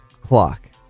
clock